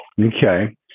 Okay